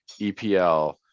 EPL